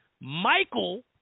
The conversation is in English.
Michael